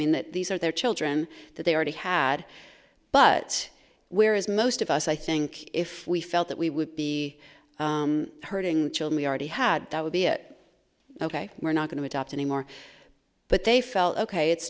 that these are their children that they already had but whereas most of us i think if we felt that we would be hurting children we already had that would be it ok we're not going to adopt anymore but they felt ok it's